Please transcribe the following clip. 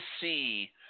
see